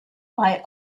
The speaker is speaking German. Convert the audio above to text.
bei